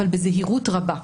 אבל בזהירות רבה.